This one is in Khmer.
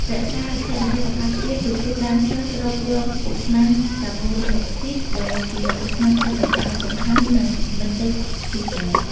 រក្សាស្ថិរភាពអាកាសធាតុពីព្រោះ ដើមឈើស្រូបយកឧស្ម័នកាបូនឌីអុកស៊ីត ដែលជាឧស្ម័នផ្ទះកញ្ចក់ដ៏សំខាន់ និងបញ្ចេញអុកស៊ីសែន។